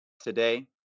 Today